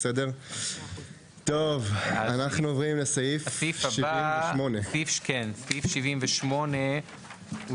אנחנו עוברים לסעיף 78. סעיף 78 הוא